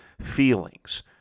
feelings